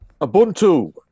Ubuntu